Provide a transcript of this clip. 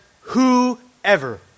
whoever